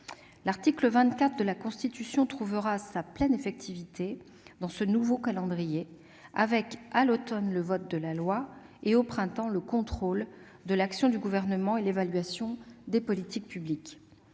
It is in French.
L'article 24 de la Constitution trouvera sa pleine effectivité dans ce nouveau calendrier, avec, à l'automne, le vote de la loi, et, au printemps, le contrôle de l'action du Gouvernement et l'évaluation des politiques publiques.